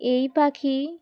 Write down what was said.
এই পাখি